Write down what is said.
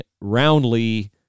roundly